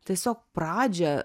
tiesiog pradžią